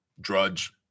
drudge